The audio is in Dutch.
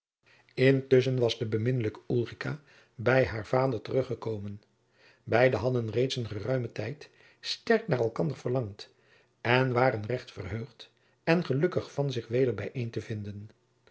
intusschen was de beminnelijke ulrica bij haren vader terug gekomen beide hadden reeds een geruimen tijd sterk naar elkanderen verlangd en waren recht verheugd en gelukkig van zich weder bijeen te vinden